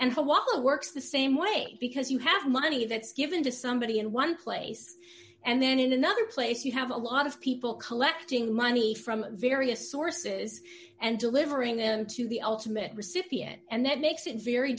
what works the same way because you have money that's given to somebody in one place and then in another place you have a lot of people collecting money from various sources and delivering them to the ultimate recipient and that makes it very